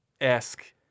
esque